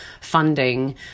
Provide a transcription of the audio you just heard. funding